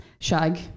Shag